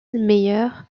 meilleurs